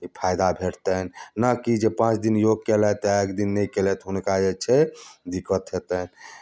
तऽ फायदा भेटतनि ने कि जे पाँच दिन योग कयलथि आ एक दिन नहि कयलथि हुनका जे छै दिक्कत हेतनि